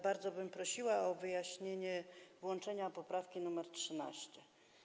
Bardzo bym prosiła o wyjaśnienie włączenia dotyczącego poprawki nr 13.